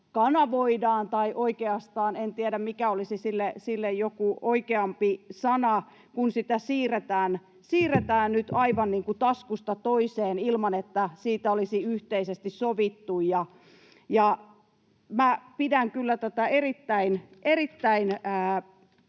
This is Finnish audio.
kanavoidaan. Tai oikeastaan en tiedä, mikä olisi sille joku oikeampi sana, kun sitä siirretään nyt aivan kuin taskusta toiseen ilman, että siitä olisi yhteisesti sovittu. Minä pidän kyllä tätä erittäin,